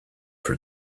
for